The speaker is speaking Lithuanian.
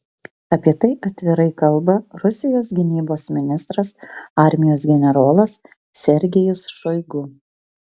apie tai atvirai kalba rusijos gynybos ministras armijos generolas sergejus šoigu